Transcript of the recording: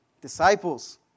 Disciples